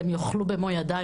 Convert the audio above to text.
הם יוכלו במו ידיי,